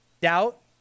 Doubt